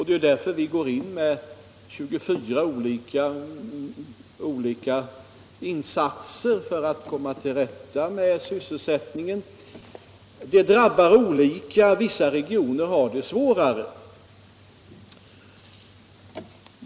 Det är därför vi går in med 24 olika insatser för att komma till rätta med sysselsättningsproblemen. De drabbar olika. Vissa regioner har det svårare än andra.